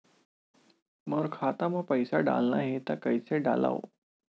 मोर खाता म पईसा डालना हे त कइसे डालव?